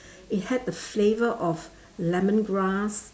it had a flavour of lemongrass